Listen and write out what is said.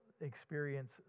experience